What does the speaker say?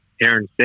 Aaron